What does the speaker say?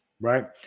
right